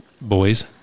boys